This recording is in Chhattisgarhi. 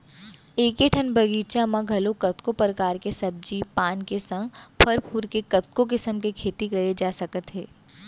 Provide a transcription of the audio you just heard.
एके ठन बगीचा म घलौ कतको परकार के सब्जी पान के संग फर फूल के कतको किसम के खेती करे जा सकत हे